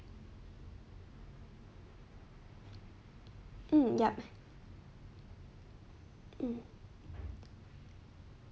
hmm yup hmm